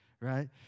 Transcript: right